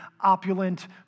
opulent